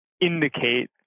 indicate